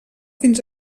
fins